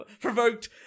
provoked